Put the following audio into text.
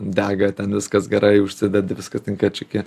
dega ten viskas gerai užsidedi viskas tinka čiki